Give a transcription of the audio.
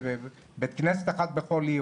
בית כנסת אחת בכל עיר,